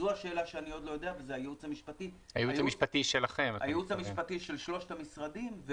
זו השאלה שאני עוד לא יודע והייעוץ המשפטי של שלושת המשרדים,